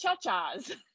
cha-chas